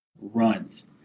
runs